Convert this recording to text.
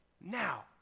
Now